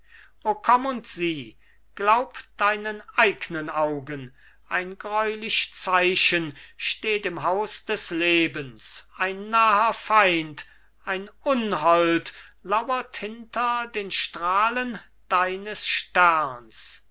komm und sieh glaub deinen eignen augen ein greulich zeichen steht im haus des lebens ein naher feind ein unhold lauert hinter den strahlen deines sterns